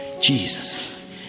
Jesus